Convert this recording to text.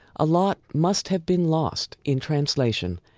a lot must have been lost in translation.